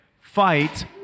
Fight